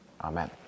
Amen